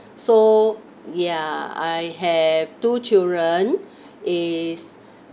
so ya I have two children is